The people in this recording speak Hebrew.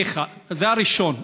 זה הראשון.